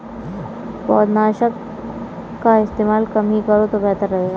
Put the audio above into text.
पौधनाशक का इस्तेमाल कम ही करो तो बेहतर रहेगा